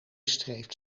streeft